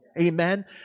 Amen